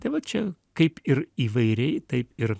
tai va čia kaip ir įvairiai taip ir